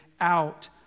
out